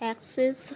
axis